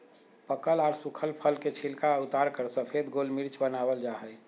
पकल आर सुखल फल के छिलका उतारकर सफेद गोल मिर्च वनावल जा हई